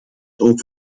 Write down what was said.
ook